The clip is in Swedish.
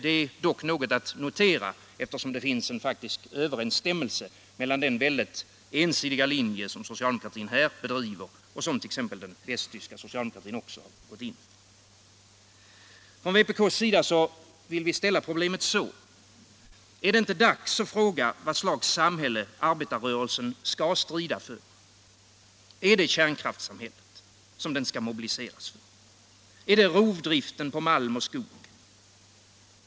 Det är dock något att notera, eftersom det finns en faktisk över — tor kärnbränsle, ensstämmelse mellan den väldigt ensidiga linje som socialdemokratin — m.m. här bedriver och den som t.ex. den västtyska socialdemokratin har gått in för. Från vpk:s sida vill vi ställa problemet så: Är det inte dags att fråga vad slags samhälle arbetarrörelsen skall strida för? Är det kärnkraftssamhället som den skall mobiliseras för? Är det rovdriften på malm och skog?